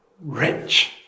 rich